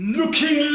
looking